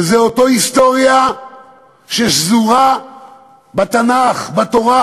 וזו אותה היסטוריה ששזורה בתנ"ך, בתורה,